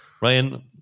Ryan